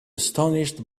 astonished